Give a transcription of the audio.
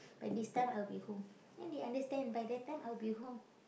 by this time I'll be home then they understand by that time I'll be home